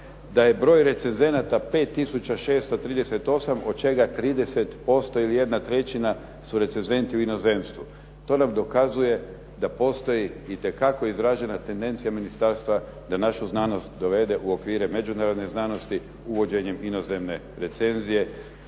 da je broj recenzenata 5 638, od čega 30% ili 1/3 su recenzenti u inozemstvu. To nam dokazuje da postoji itekako izražena tendencija ministarstva da našu znanost dovede u okvire međunarodne znanosti uvođenjem inozemne recenzije